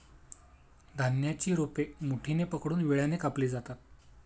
धान्याची रोपे मुठीने पकडून विळ्याने कापली जातात